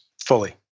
fully